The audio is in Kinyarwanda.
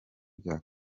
bya